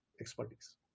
expertise